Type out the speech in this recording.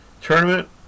Tournament